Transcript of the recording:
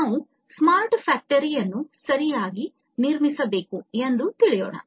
ನಾವು ಸ್ಮಾರ್ಟ್ ಕಾರ್ಖಾನೆಯನ್ನು ಸರಿಯಾಗಿ ನಿರ್ಮಿಸಬೇಕು ಎಂದು ತಿಳಿಯೋಣ